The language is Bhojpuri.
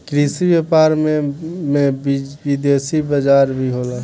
कृषि व्यापार में में विदेशी बाजार भी होला